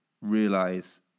realize